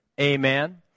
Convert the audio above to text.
Amen